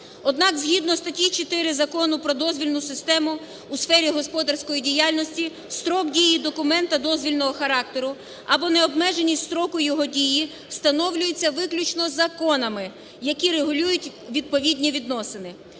Однак, згідно статті 4 Закону про дозвільну систему у сфері господарської діяльності, строк дії документу дозвільного характеру або необмеженість строку його дії встановлюється виключно законами, які регулюють відповідні відносини.